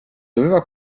doveva